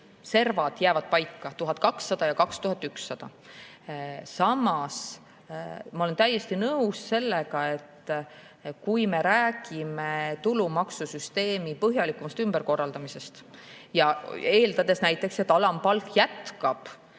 servad jäävad paika: 1200 ja 2100. Samas ma olen täiesti nõus sellega, et kui me räägime tulumaksusüsteemi põhjalikumast ümberkorraldamisest ja eeldame näiteks, et alampalk jätkab